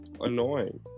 annoying